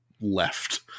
left